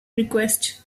request